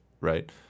right